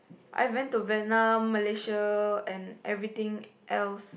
I went to Vietnam Malaysia and everything else